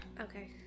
Okay